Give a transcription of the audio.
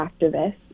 activists